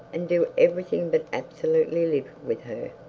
and do everything but absolutely live with her.